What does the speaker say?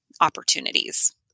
opportunities